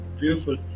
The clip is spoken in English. Beautiful